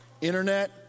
internet